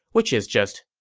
which is just,